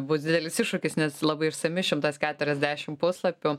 bus didelis iššūkis nes labai išsami šimtas keturiasdešimt puslapių